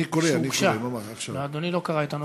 אני קורא, אני קורא, עכשיו.